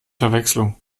verwechslung